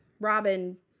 Robin